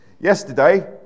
Yesterday